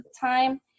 time